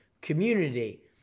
community